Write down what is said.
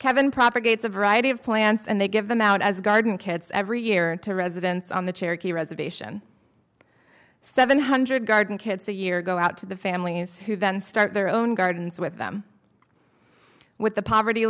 kevin propagates a variety of plants and they give them out as garden kids every year to residents on the cherokee reservation seven hundred garden kids a year go out to the families who then start their own gardens with them with the poverty